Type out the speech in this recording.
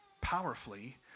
powerfully